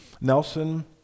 Nelson